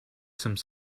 some